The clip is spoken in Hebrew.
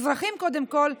קודם כול כאזרחים,